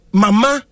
mama